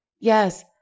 Yes